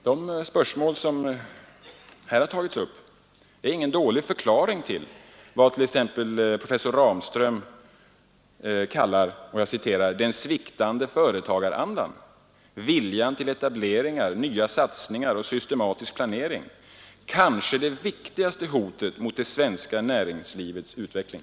De spörsmål som här har tagits upp är ingen dålig förklaring till vad t.ex. professor Ramström kallar ”den sviktande ”företagarandan” — viljan till etableringar, nya satsningar och systematisk planering — kanske det viktigaste hotet mot det svenska näringslivets utveckling”.